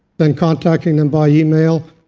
then contacting them by yeah e-mail.